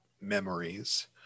memories